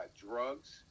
drugs